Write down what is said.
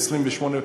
ל-28,